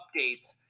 updates